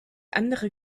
andere